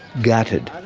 gutted,